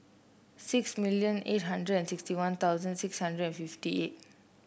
six million eight hundred and sixty One Thousand six hundred and fifty eight